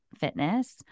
fitness